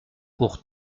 pour